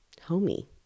homey